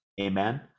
amen